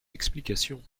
explications